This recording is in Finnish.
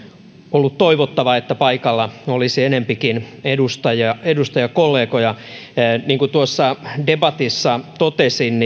ollut toivottavaa että paikalla olisi enempikin edustajakollegoja niin kuin tuossa debatissa totesin